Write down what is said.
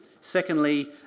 Secondly